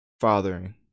fathering